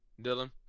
Dylan